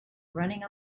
running